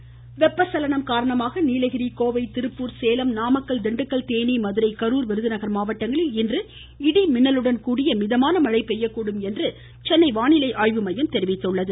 மமமமம வானிலை வெப்பச்சலணம் காரணமாக நீலகிரி கோவை திருப்பூர் சேலம் நாமக்கல் திண்டுக்கல் தேனி மதுரை கரூர் விருதுநகர் மாவட்டங்களில் இன்று இடி மின்னலுடன் கடிய மிதமான பெய்யக்கடும் சென்னை மழை என்று வானிலைஆய்வு மையம் தெரிவித்துள்ளது